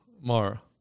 Mara